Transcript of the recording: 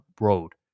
road